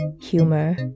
humor